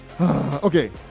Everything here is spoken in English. Okay